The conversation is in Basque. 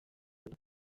hori